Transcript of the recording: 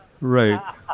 Right